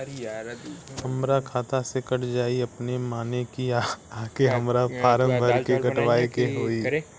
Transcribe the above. हमरा खाता से कट जायी अपने माने की आके हमरा फारम भर के कटवाए के होई?